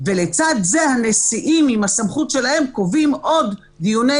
ולצד זה הנשיאים עם הסמכות שלהם קובעים עוד דיוני,